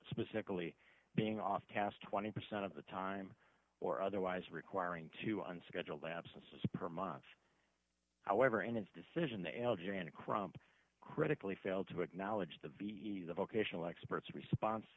specifically being off task twenty percent of the time or otherwise requiring two unscheduled absences per month however in its decision the algerian crump critically failed to acknowledge the ve the vocational experts response to